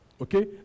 Okay